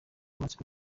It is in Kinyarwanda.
amatsiko